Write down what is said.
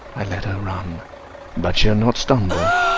i let her run but she'll not stumble.